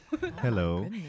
Hello